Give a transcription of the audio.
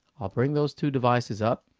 i'll bring those two devices up,